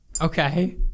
Okay